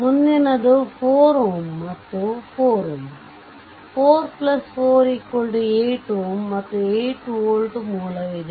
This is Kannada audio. ಮುಂದಿನದು ಈ 4Ω ಮತ್ತು 4Ω 44 8 Ω ಮತ್ತು 8 ವೋಲ್ಟ್ ಮೂಲವಿದೆ